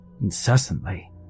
incessantly